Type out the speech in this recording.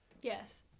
Yes